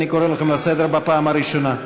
אני קורא אתכם לסדר בפעם הראשונה.